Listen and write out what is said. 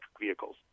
vehicles